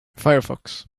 firefox